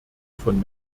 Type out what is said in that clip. von